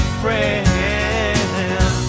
friend